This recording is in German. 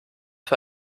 für